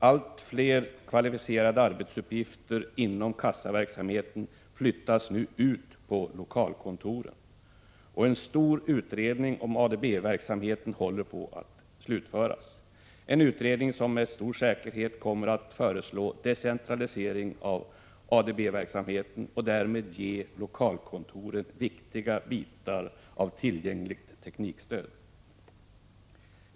Allt fler kvalificerade arbetsuppgifter inom kassaverksamheten flyttas nu ut till lokalkontoren, och en stor utredning om ADB-verksamheten håller på att slutföras, en utredning som med stor säkerhet kommer att föreslå decentralisering av ADB-verksamheten och därmed ge lokalkontoren viktiga bitar av tillgängligt teknikstöd.